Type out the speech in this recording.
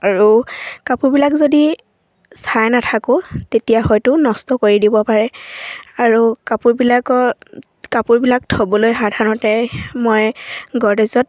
আৰু কাপোৰবিলাক যদি চাই নাথাকোঁ তেতিয়া হয়তো নষ্ট কৰি দিব পাৰে আৰু কাপোৰবিলাকৰ কাপোৰবিলাক থবলৈ সাধাৰণতে মই গড্ৰেজত